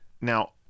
now